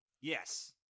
Yes